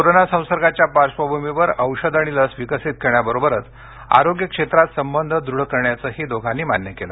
corona संसर्गाच्या पार्श्वभूमीवर औषध आणि लस विकसीत करण्याबरोबरच आरोग्य क्षेत्रात संबंध दृढ करण्याचंही दोघांनी मान्य केलं